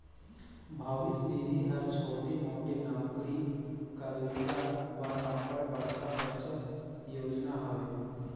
भविस निधि हर छोटे मोटे नउकरी करोइया बर अब्बड़ बड़खा बचत योजना हवे